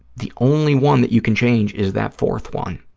the only one that you can change is that fourth one.